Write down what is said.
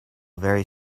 very